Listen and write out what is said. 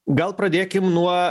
gal pradėkim nuo